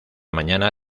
mañana